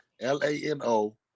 l-a-n-o